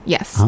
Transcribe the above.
Yes